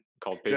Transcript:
called